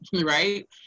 right